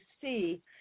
see